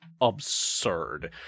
absurd